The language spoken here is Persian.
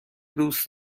دوست